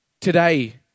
today